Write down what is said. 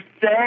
say